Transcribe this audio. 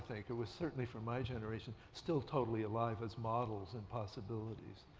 think, it was certainly for my generation, still totally alive as models and possibilities.